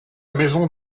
maison